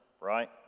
right